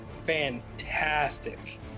Fantastic